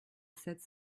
sept